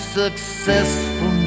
successful